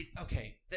Okay